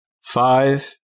Five